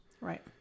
Right